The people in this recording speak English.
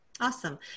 Awesome